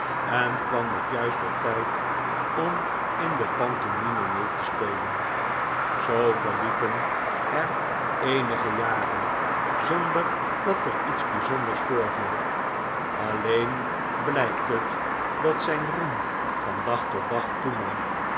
en kwam nog juist op tijd om in de pantomime mee te spelen zoo verliepen er eenige jaren zonder dat er iets bijzonders voorviel alleen blh'kt het dat zijn roem van dag tot dag toenam